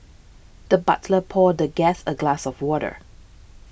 the butler poured the guest a glass of water